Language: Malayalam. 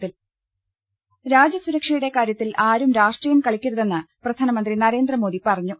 ങ്ങ ൽ രാജ്യസുർക്ഷയുടെ കാര്യത്തിൽ ആരും രാഷ്ട്രീയം കളിക്കരു തെന്ന് പ്രധാനമന്ത്രി നരേന്ദ്രമോദി പറഞ്ഞു